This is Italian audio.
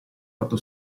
fatto